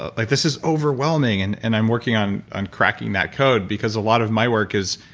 ah like this is overwhelming, and and i'm working on on cracking that code, because a lot of my work is.